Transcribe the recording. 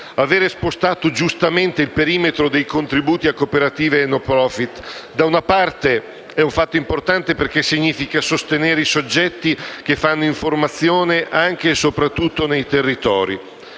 all'aver spostato, giustamente, il perimetro dei contributi a cooperative e *non profit*. Da una parte è un fatto importante, perché significa sostenere i soggetti che fanno informazione anche e soprattutto nei territori,